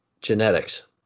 genetics